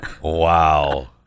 Wow